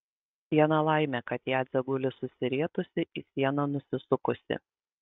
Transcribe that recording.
viena laimė kad jadzė guli susirietusi į sieną nusisukusi